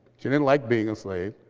she didn't like being a slave.